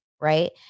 right